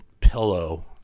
pillow